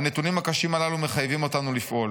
"הנתונים הקשים הללו מחייבים אותנו לפעול,